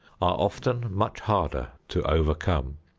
are often much harder to overcome.